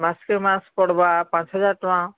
ମାସକେ ମାସ୍ ପଡ଼ବା ପାଞ୍ଚ୍ ହଜାର୍ ଟଙ୍କା